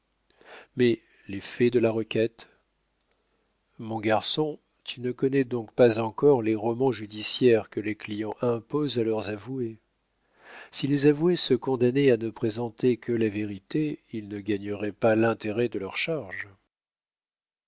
mais les faits de la requête mon garçon tu ne connais donc pas encore les romans judiciaires que les clients imposent à leurs avoués si les avoués se condamnaient à ne présenter que la vérité ils ne gagneraient pas l'intérêt de leurs charges